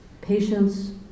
patience